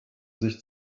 sich